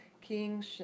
King